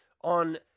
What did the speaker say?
on